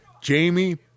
Jamie